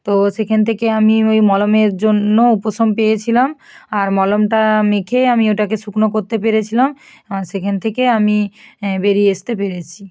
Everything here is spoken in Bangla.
তো সেখান থেকে আমি ওই মলমের জন্য উপশম পেয়েছিলাম আর মলমটা মেখে আমি ওটাকে শুকনো করতে পেরেছিলাম আর সেখান থেকে আমি বেরিয়ে আসতে পেরেছি